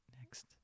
Next